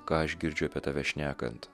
ką aš girdžiu apie tave šnekant